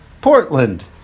Portland